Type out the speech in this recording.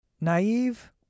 Naive